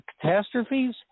catastrophes